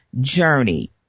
Journey